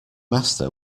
master